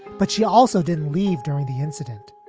but she also didn't leave during the incident.